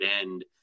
end